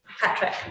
Patrick